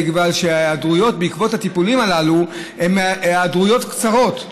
בגלל שההיעדרויות בעקבות הטיפולים הללו הן היעדרויות קצרות,